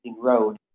road